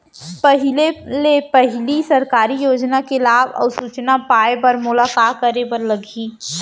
पहिले ले पहिली सरकारी योजना के लाभ अऊ सूचना पाए बर मोला का करे बर लागही?